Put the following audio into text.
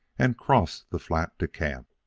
and crossed the flat to camp.